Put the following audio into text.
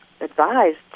advised